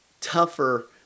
tougher